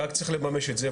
רק צריך לממש את זה.